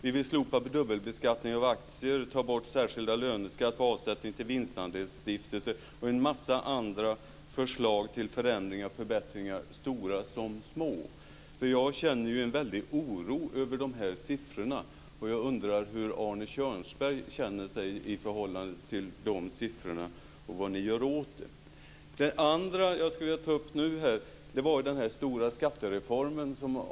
Vi vill slopa dubbelbeskattningen av aktier, ta bort den särskilda löneskatten på avsättning till vinstandelsstiftelse, och vi har en mängd andra förslag till förändringar och förbättringar, stora som små. Jag känner en väldig oro över de här siffrorna och jag undrar hur Arne Kjörnsberg känner sig inför de siffrorna och vad ni gör åt det. Det andra jag skulle vilja ta upp är den stora skattereformen.